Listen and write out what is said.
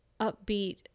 upbeat